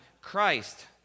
Christ